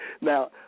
Now